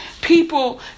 people